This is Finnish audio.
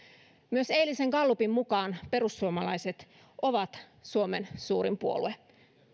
myös eilisen gallupin mukaan perussuomalaiset ovat suomen suurin puolue